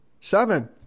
Seven